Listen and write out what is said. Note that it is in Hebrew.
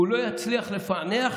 הוא לא יצליח לפענח